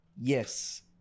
Yes